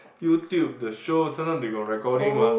YouTube the show sometimes they got recording mah